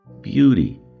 beauty